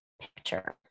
picture